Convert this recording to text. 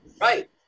Right